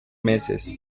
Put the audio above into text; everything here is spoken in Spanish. meses